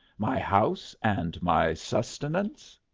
my house and my sustenance?